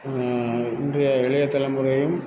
இன்றைய இளைய தலைமுறையும்